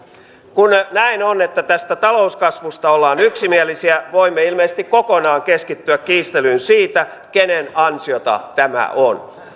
kun näin on että tästä talouskasvusta ollaan yksimielisiä voimme ilmeisesti kokonaan keskittyä kiistelyyn siitä kenen ansiota tämä on